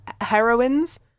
heroines